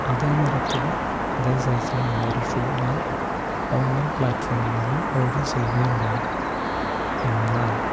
അതേ നിറത്തിലും അതേ സൈസിലുമുള്ള ഒരു ഷൂ ഞാൻ ഓൺലൈൻ പ്ലാറ്റ്ഫോമിൽ നിന്നും ഓർഡർ ചെയ്യുകയുണ്ടായി എന്നാൽ